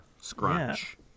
scrunch